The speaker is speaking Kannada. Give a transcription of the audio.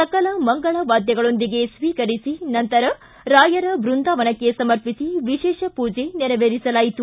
ಸಕಲ ಮಂಗಳವಾದ್ಯಗಳೊಂದಿಗೆ ಸ್ವೀಕರಿಸಿ ನಂತರ ರಾಯರ ಬೃಂದಾವನಕ್ಕೆ ಸಮರ್ಪಿಸಿ ವಿಶೇಷ ಪೂಜೆ ನೆರವೇರಿಸಲಾಯಿತು